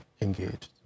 engaged